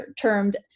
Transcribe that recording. termed